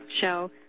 show